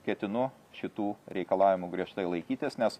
ketinu šitų reikalavimų griežtai laikytis nes